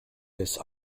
his